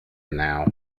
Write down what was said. now